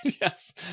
yes